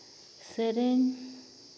ᱥᱮᱨᱮᱧ